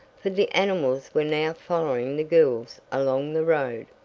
for the animals were now following the girls along the road.